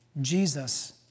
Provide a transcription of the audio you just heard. Jesus